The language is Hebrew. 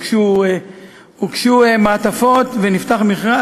כשהוגשו מעטפות ונפתח המכרז,